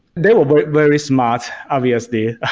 they were were very smart, obviously.